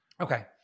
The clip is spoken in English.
Okay